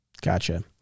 Gotcha